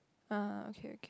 ah okay okay